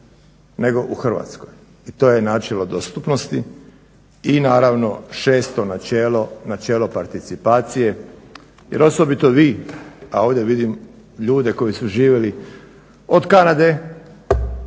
nego u Hrvatskoj. I to je načelo dostupnosti. I naravno šesto načelo, načelo participacije jer osobito vi, a ovdje vidim ljude koji su živjeli od Kanade,